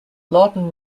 lawton